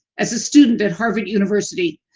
as a student at harvard university,